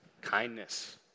kindness